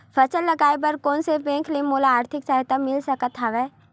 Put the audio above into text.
फसल लगाये बर कोन से बैंक ले मोला आर्थिक सहायता मिल सकत हवय?